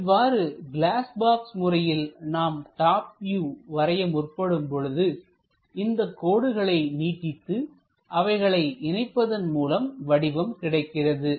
இவ்வாறு glass box முறையில் நாம் டாப் வியூ வரைய முற்படும் பொழுது இந்த கோடுகளை நீட்டித்து அவைகளை இணைப்பதன் மூலம் வடிவம் கிடைக்கிறது